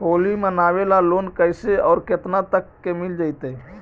होली मनाबे ल लोन कैसे औ केतना तक के मिल जैतै?